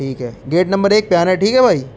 ٹھیک ہے gate number ایک پہ آنا ہے ٹھیک ہے بھائی